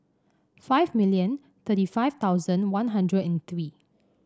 five million thirty five thousand One Hundred and three